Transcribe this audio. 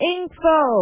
Info